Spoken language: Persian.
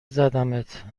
زدمت